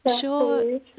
sure